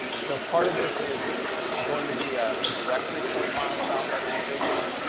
so part of this is going to be a ah directory profile about that individual,